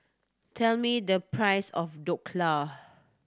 tell me the price of Dhokla